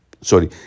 sorry